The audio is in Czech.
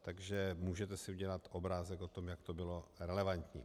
Takže můžete si udělat obrázek o tom, jak to bylo relevantní.